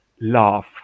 laugh